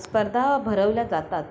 स्पर्धा भरवल्या जातात